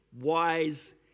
wise